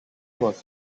was